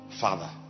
Father